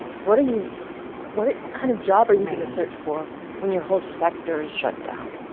what are you but what ah kind of job are you going to search for when your whole sector is shut down?